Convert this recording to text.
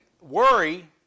worry